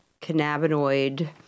cannabinoid